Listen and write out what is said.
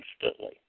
instantly